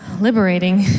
liberating